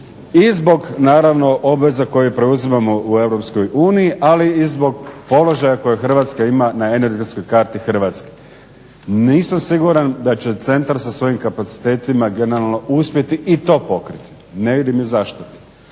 zbog naravno obveza koje preuzimamo u Europskoj uniji ali i zbog položaja koji Hrvatska ima na energetskoj karti Hrvatske. Nisam siguran da će centar sa svojim kapacitetima generalno uspjeti i to pokriti. Ne vidim i zašto.